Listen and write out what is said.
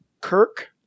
Kirk